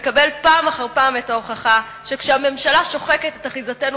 מקבל פעם אחר פעם את ההוכחה שכשהממשלה שוחקת את אחיזתנו